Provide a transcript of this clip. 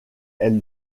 elle